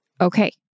okay